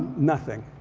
nothing.